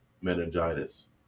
meningitis